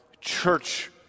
church